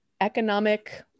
economic